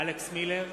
אלכס מילר,